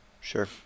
Sure